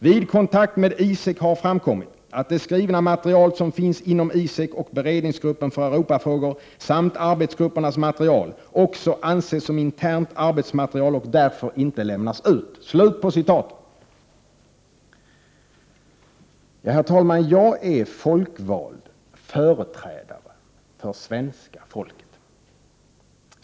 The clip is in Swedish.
Vid kontakt med ISEK har framkommit att det skrivna material som finns inom ISEK och Beredningsgruppen för Europafrågor samt arbetsgruppernas material också anses som internt arbetsmaterial och därför inte lämnas ut.” Herr talman! Jag är folkvald företrädare för svenska folket.